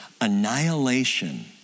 annihilation